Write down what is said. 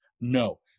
No